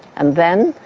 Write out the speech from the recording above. and then,